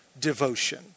devotion